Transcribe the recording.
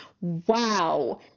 wow